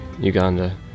Uganda